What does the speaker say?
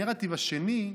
הנרטיב השני,